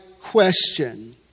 question